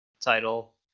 title